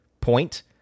point